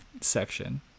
section